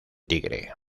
tigre